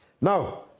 Now